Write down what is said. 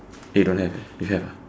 eh don't have you have ah